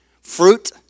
fruit